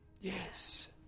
Yes